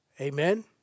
Amen